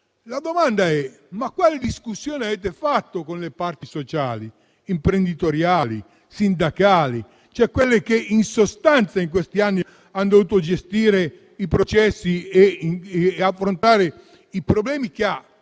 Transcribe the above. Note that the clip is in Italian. La domanda è: quale discussione avete fatto con le parti sociali, imprenditoriali e sindacali, quelle che in sostanza in questi anni hanno dovuto gestire i processi e affrontare i problemi che loro